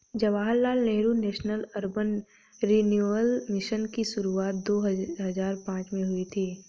Jawaharlal Nehru national urban renewal mission की शुरुआत दो हज़ार पांच में हुई थी